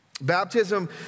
Baptism